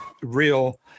real